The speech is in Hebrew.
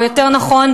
או יותר נכון,